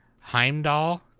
Heimdall